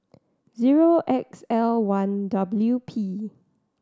zero X L one W P